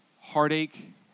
heartache